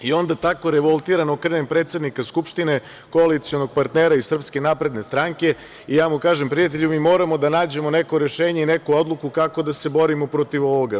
I onda tako revoltiran, okrenem predsednika Skupštine, koalicionog partnera iz SNS i ja mu kažem – Prijatelju, mi moramo da nađemo neko rešenje i neku odluku kako da se borimo protiv ovoga.